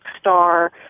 star